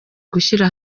gushyira